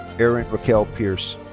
eryn raquel pierce.